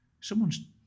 someone's